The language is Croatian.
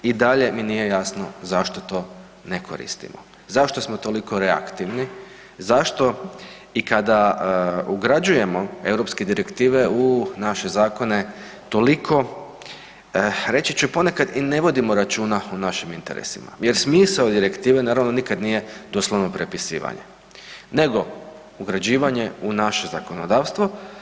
I dalje mi nije jasno zašto to ne koristimo, zašto smo toliko reaktivni, zašto i kada ugrađujemo EU direktive u naše zakone, toliko, reći će, ponekad i ne vodimo računa o našim interesima jer smisao direktive, naravno, nikad nije doslovno prepisivanje, nego ugrađivanje u naše zakonodavstvo.